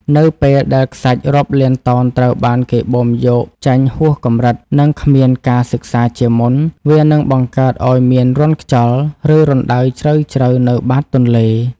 នៅពេលដែលខ្សាច់រាប់លានតោនត្រូវបានគេបូមយកចេញហួសកម្រិត និងគ្មានការសិក្សាជាមុន វានឹងបង្កើតឱ្យមានរន្ធខ្យល់ ឬរណ្តៅជ្រៅៗនៅបាតទន្លេ។